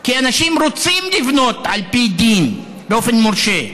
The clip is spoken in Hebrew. כי אנשים רוצים לבנות על פי דין, באופן מורשה.